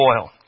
oil